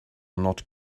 not